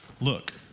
Look